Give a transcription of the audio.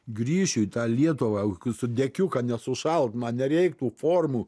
grįšiu į tą lietuvą kokiu su dekiu kad nesušalt man nereik tų formų